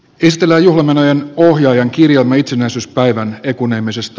esillä juhlamenojen ohjaajan kirjomme itsenäisyyspäivän ekumeenisesti